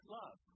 love